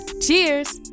cheers